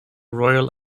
royal